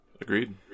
agreed